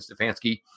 Stefanski